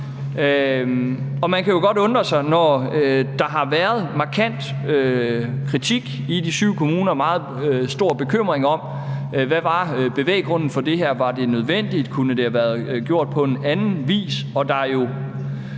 Og man kan jo godt undre sig, når der har været markant kritik i de syv kommuner og meget stor bekymring for, hvad bevæggrunden for det her var: Var det nødvendigt? Kunne det have været gjort på anden vis?